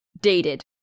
dated